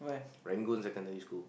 Rangoon secondary school